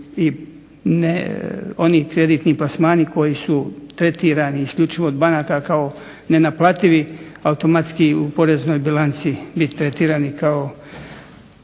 i oni kreditni plasmani koji su tretirani isključivo od banaka kao nenaplativi automatski u poreznoj bilanci biti tretirani kao